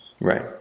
Right